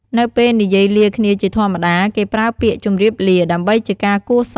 នៅពេលនិយាយលាគ្នាជាធម្មតាគេប្រើពាក្យ "ជំរាបលា" ដើម្បីជាការគួរសម។